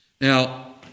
now